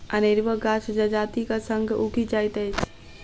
अनेरुआ गाछ जजातिक संग उगि जाइत अछि